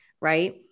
right